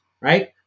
right